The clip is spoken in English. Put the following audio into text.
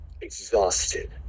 exhausted